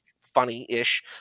funny-ish